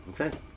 okay